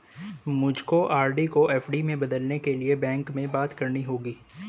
मुझको आर.डी को एफ.डी में बदलने के लिए बैंक में बात करनी होगी